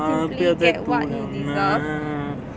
err 不要再读了 lah